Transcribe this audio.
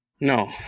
No